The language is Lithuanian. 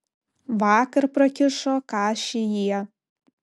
vakar prakišo kašį jie